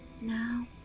Now